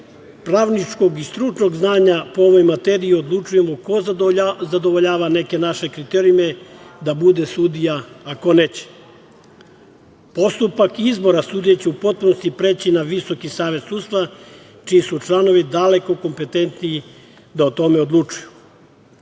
pravničkog i stručnog znanja iz ove materije odlučujemo ko zadovoljava neke naše kriterijume da bude sudija, a ko ne. Postupak izbora sudije će u potpunosti preći na Visoki savet sudstva, čiji su članovi daleko kompetentniji da o tome odlučuju. Kada